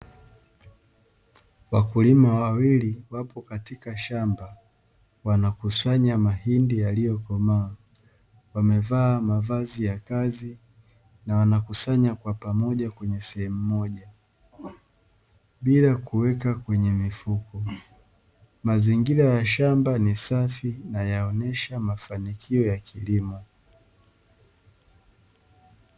Wakulima wawili wapo katika shamba, wanakusanya mahindi yaliyokomaa, wamevaa mavazi ya kazi na wanakusanya kwa pamoja kwenye sehemu moja, bila kuweka kwenye mifuko. Mazingira ya shamba ni safi, yanaonyesha mafanikio ya kilimo.